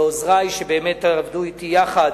לעוזרי, שבאמת עבדו אתי יחד.